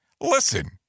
Listen